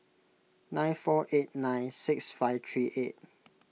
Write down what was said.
nine four eight nine six five three eight